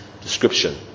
description